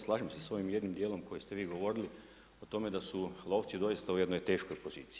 Slažem se s ovim jednim dijelom koji ste vi govorili o tome da su lovci doista u jednoj teškoj poziciji.